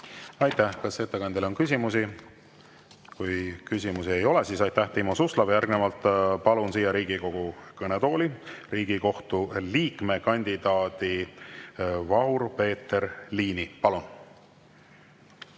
Aitäh! Kas ettekandjale on küsimusi? Kui küsimusi ei ole, siis aitäh, Timo Suslov! Järgnevalt palun Riigikogu kõnetooli Riigikohtu liikme kandidaadi Vahur-Peeter Liini. Aega